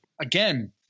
Again